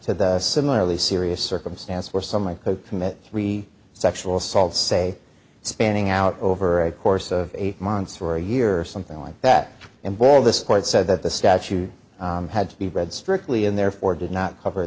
to the similarly serious circumstance where someone could commit sexual assault say spanning out over a course of eight months for a year or something like that and wall this court said that the statute had to be read strictly and therefore did not cover